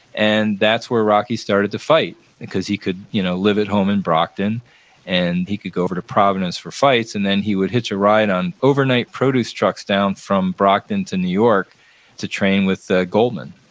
and that's where rocky started to fight because he could you know live at home in brockton and he could go over to providence for fights. and then he would hitch a ride on overnight produce trucks down from brockton to new york to train with goldman,